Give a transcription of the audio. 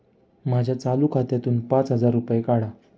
माझ्या चालू खात्यातून पाच हजार रुपये काढा